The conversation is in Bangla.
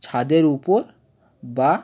ছাদের উপর বা